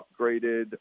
upgraded